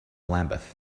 lambeth